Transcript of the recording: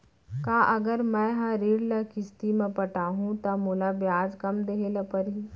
का अगर मैं हा ऋण ल किस्ती म पटाहूँ त मोला ब्याज कम देहे ल परही?